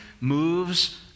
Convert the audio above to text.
moves